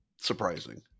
Surprising